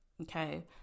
Okay